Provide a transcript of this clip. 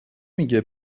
میگه